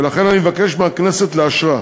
ולכן אני מבקש מהכנסת לאשרה.